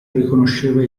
riconosceva